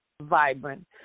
vibrant